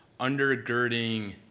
undergirding